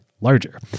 larger